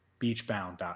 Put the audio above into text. beachbound.com